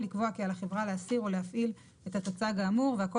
לקבוע כי החברה רשאית להסיר או להפעיל את התצ"ג האמור והכל